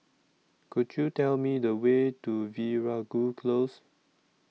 Could YOU Tell Me The Way to Veeragoo Close